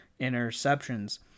interceptions